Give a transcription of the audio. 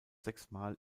sechsmal